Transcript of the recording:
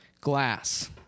glass